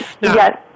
Yes